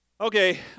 okay